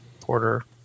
porter